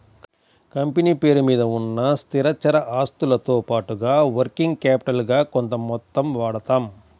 company పేరు మీద ఉన్న స్థిరచర ఆస్తులతో పాటుగా వర్కింగ్ క్యాపిటల్ గా కొంత మొత్తం వాడతాం